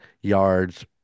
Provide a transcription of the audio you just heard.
yards